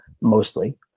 mostly